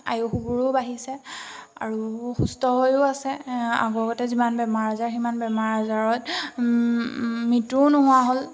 আয়ুসবোৰো বাঢ়িছে আৰু সুস্থ হৈও আছে আগৰগতে যিমান বেমাৰ আজাৰ সিমান বেমাৰ আজাৰত মৃত্যুও নোহোৱা হ'ল